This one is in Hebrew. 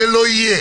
זה לא יהיה.